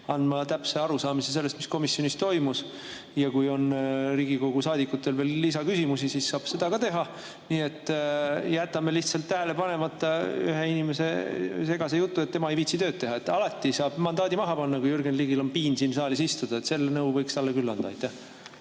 andma täpse arusaamise sellest, mis komisjonis toimus. Ja kui on Riigikogu saadikutel veel lisaküsimusi, siis saab [need ka esitada]. Nii et jätame lihtsalt tähele panemata ühe inimese segase jutu, tema ei viitsi tööd teha. Alati saab mandaadi maha panna. Kui Jürgen Ligil on piin siin saalis istuda, siis selle nõu võiks talle küll anda.